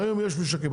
היום יש משקים,